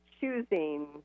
choosing